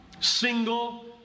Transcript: single